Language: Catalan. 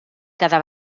cada